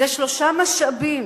אלה שלושה משאבים